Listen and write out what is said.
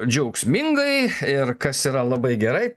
džiaugsmingai ir kas yra labai gerai